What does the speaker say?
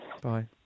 Bye